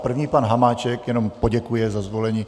První pan Hamáček jenom poděkuje za zvolení.